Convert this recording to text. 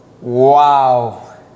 Wow